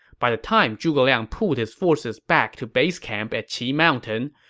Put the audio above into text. by the time zhuge liang pulled his forces back to base camp at qi mountain,